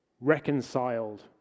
reconciled